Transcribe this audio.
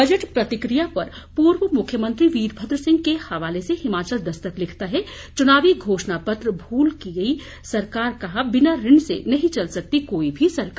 budget प्रतिकिया पर पूर्व मुख्यमंत्री वीरभद्र सिंह के हवाले से हिमाचल दस्तक लखता है चुनावी घोषणा पत्र भूल गई सरकार कहा बिना ऋण से नहीं चल सकती कोई भी सरकार